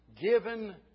given